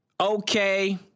okay